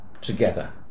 together